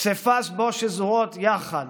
פסיפס שבו שזורים יחד